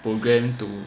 program to